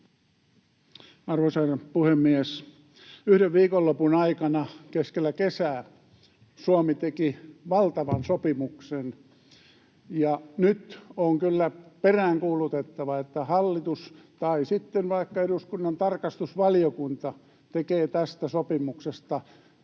Arvoisa herra puhemies! Yhden viikonlopun aikana keskellä kesää Suomi teki valtavan sopimuksen, ja nyt on kyllä peräänkuulutettava, että hallitus tai sitten vaikka eduskunnan tarkastusvaliokunta tekee tästä sopimuksesta selkeän